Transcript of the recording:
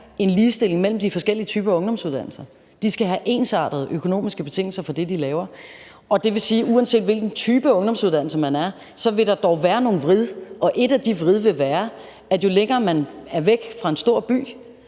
en ligestilling mellem de forskellige typer af ungdomsuddannelser. De skal have ensartede økonomiske betingelser for det, de laver. Det vil sige, at uanset hvilken type ungdomsuddannelse der er tale om, vil der dog være nogle vrid, og et af de vrid vil være, at jo længere uddannelsen ligger væk fra en stor by,